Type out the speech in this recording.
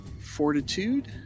fortitude